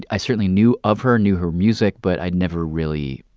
i certainly knew of her knew her music. but i'd never really,